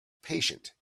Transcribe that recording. patient